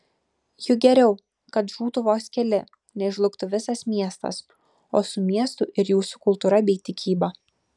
juk geriau kad žūtų vos keli nei žlugtų visas miestas o su miestu ir jūsų kultūra bei tikyba